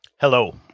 Hello